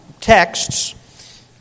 texts